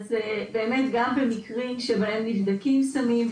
באמת גם במקרים שבהם נבדקים סמים,